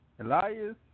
Elias